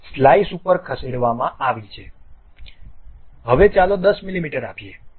તેથી સ્લાઇસ ઉપર ખસેડવામાં આવી છે હવે ચાલો 10 મીમી આપીએ